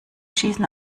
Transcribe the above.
schießen